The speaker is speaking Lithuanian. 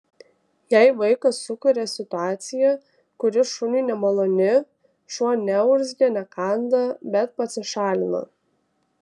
jei vaikas sukuria situaciją kuri šuniui nemaloni šuo neurzgia nekanda bet pasišalina